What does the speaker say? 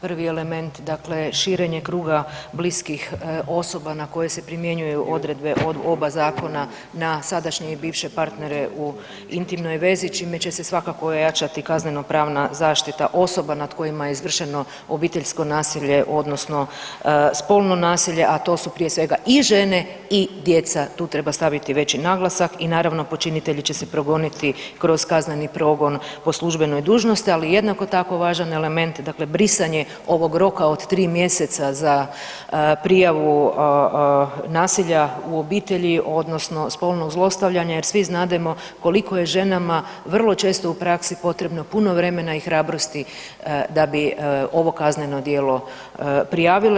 Prvi element dakle širenje kruga bliskih osoba na koje se primjenjuju odredbe od oba zakona na sadašnje i bivše partnere u intimnoj vezi čime će se svakako ojačati kaznenopravna zaštita osoba nad kojima je izvršeno obiteljsko nasilje odnosno spolno nasilje, a to su prije svega i žene i djeca, tu treba staviti veći naglasak i naravno počinitelje će se progoniti kroz kazneni progon po službenoj dužnosti, ali jednako tako važan element brisanje ovog roka od tri mjeseca za prijavu nasilja u obitelji odnosno spolnog zlostavljanja jer svi znademo koliko je ženama vrlo često u praski potrebno puno vremena i hrabrosti da bi ovo kazneno djelo prijavile.